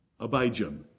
Abijam